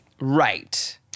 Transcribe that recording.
Right